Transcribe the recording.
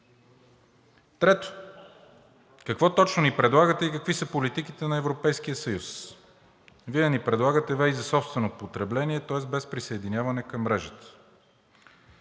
Трето, какво точно ни предлагате и какви са политиките на Европейския съюз? Вие ни предлагате ВЕИ за собствено потребление, тоест без присъединяване към мрежата.